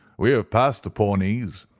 we have passed the pawnees,